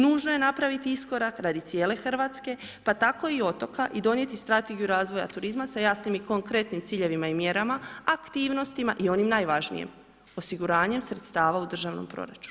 Nužno je napraviti iskorak radi cijele Hrvatske pa tako i otoka i donijeti strategiju razvoja turizma sa jasnim i konkretnim ciljevima i mjerama, aktivnostima i onim najvažnijem, osiguranjem sredstava u državnom proračunu.